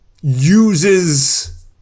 uses